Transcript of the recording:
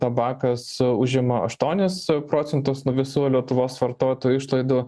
tabakas užima aštuonis procentus nuo visų lietuvos vartotojų išlaidų